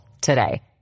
today